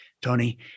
Tony